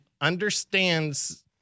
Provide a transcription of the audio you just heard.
understands